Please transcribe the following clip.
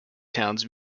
towns